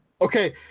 Okay